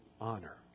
honor